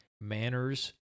manners